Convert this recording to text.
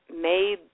made